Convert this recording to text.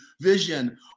vision